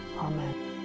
Amen